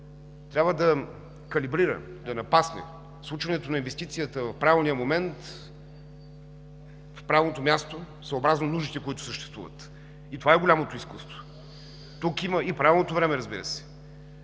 трябва да калибрира, да напасне случването на инвестицията в правилния момент, на правилното място, съобразно нуждите, които съществуват, и в правилното време, разбира се